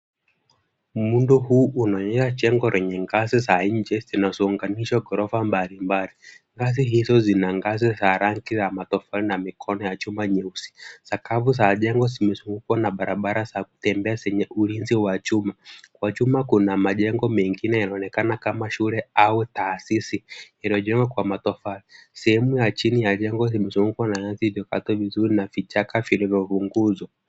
Muundo huu unaonyesha jengo lenye ngazi za nje zinazo unganishwa na ghorofa mbali mbali. Ngazi hizo zina ngazi ya rangi ya matofali na mikono ya chuma nyeusi. Sakafu za jengo zimezungukwa na barabara ya kutembea zenye ulinzi wa chuma. Kuna majengo mengine yanayo onekana kama shule au tahasisi inayo jengwa kwa matofali. Sehemu ya chini ya jengo imezungukwa na nyasi iliyo katwa vizuri na vichaka vilivyo punguzwa.